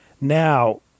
Now